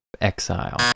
exile